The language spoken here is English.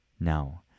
now